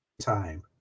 time